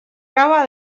gaua